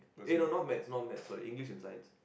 eh no not maths not maths sorry English and science